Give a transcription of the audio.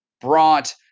brought